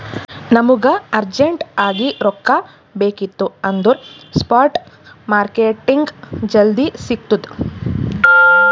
ನಮುಗ ಅರ್ಜೆಂಟ್ ಆಗಿ ರೊಕ್ಕಾ ಬೇಕಿತ್ತು ಅಂದುರ್ ಸ್ಪಾಟ್ ಮಾರ್ಕೆಟ್ನಾಗ್ ಜಲ್ದಿ ಸಿಕ್ತುದ್